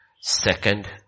Second